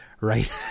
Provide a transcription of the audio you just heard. right